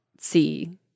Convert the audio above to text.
see